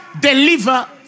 deliver